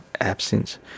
absence